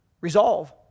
Resolve